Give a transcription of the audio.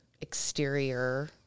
exterior